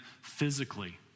physically